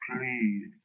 Please